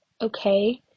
okay